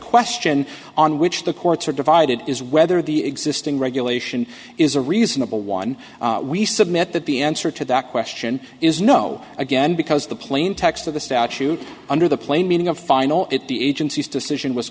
question on which the courts are divided is whether the existing regulation is a reasonable one we submit that the answer to that question is no again because the plain text of the statute under the plain meaning of final it the agency's decision was